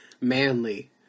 manly